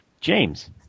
James